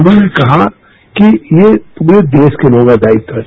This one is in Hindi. उन्होंने कहा कि ये पूरे देश के लोगों को दायित्व है